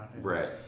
Right